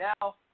now